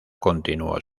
continuó